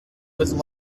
with